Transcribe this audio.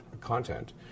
content